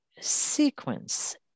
sequence